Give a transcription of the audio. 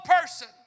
person